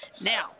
Now